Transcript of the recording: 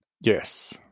Yes